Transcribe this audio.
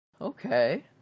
Okay